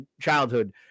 childhood